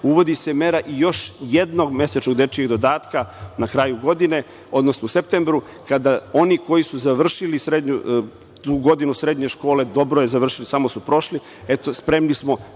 se mera još jednog mesečnog dečijeg dodatka na kraju godine, odnosno u septembru kada oni koji su završili tu godinu srednje škole, dobro je završili, samo su prošli, spremni smo